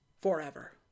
forever